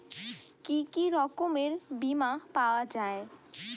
কি কি রকমের বিমা পাওয়া য়ায়?